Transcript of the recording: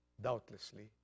doubtlessly